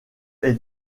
est